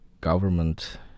government